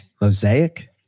mosaic